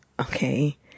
okay